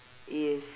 is